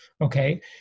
Okay